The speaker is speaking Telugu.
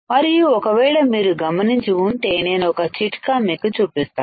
మరియు ఒకవేళ మీరు గమనించి ఉంటే నేను ఒక చిట్కా మీకు చూపిస్తాను